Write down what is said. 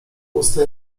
usta